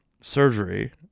surgery